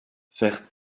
faire